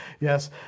yes